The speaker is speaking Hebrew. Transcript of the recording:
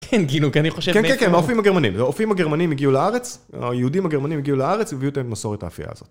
כן גילוג אני חושב כן כן כן האופים הגרמנים והאופים הגרמנים הגיעו לארץ היהודים הגרמנים הגיעו לארץ והביאו את מסורת האפייה הזאת